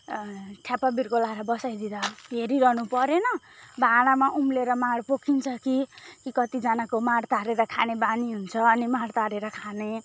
ठ्याप्प बिर्को लगाएर बसाइदिँदा हेरिरहनु परेन भाँडामा उम्लिएर माड पोखिन्छ कि कतिजनाको माड तारेर खाने बानी हुन्छ अनि माड तारेर खाने